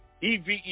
EVE